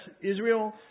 Israel